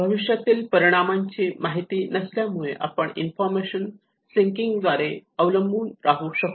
भविष्यातील परिणामांची माहिती नसल्यामुळे आपण इन्फॉर्मेशन सिकिंग द्वारे अवलंबून राहू शकतो